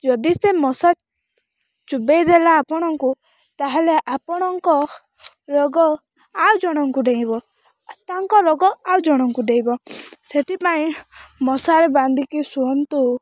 ଯଦି ସେ ମଶା ଚୋବେଇ ଦେଲା ଆପଣଙ୍କୁ ତା'ହେଲେ ଆପଣଙ୍କ ରୋଗ ଆଉ ଜଣଙ୍କୁ ଡେଇଁବ ତାଙ୍କ ରୋଗ ଆଉ ଜଣଙ୍କୁ ଡେଇଁବ ସେଥିପାଇଁ ମଶାରି ବାନ୍ଧିକି ଶୁଅନ୍ତୁ